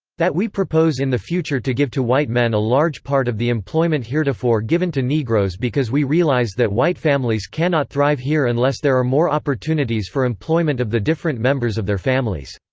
that we propose in the future to give to white men a large part of the employment heretofore given to negroes because we realize that white families cannot thrive here unless there are more opportunities for employment of the different members of their families.